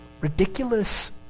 ridiculous